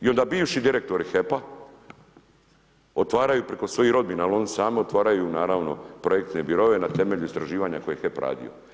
I onda bivši direktori HEP-a otvaraju preko svojih rodbina il oni sami otvaraju, naravno projektne biroe na temelju istraživanja koje je HEP radio.